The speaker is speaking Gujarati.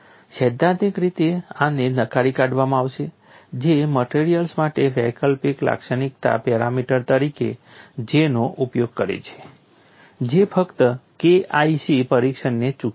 સૈદ્ધાંતિક રીતે આને નકારી કાઢવામાં આવશે જે મટેરીઅલ્સ માટે વૈકલ્પિક લાક્ષણિકતા પેરામીટર તરીકે J નો ઉપયોગ કરે છે જે ફક્ત K IC પરીક્ષણને ચૂકી જાય છે